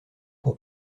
pour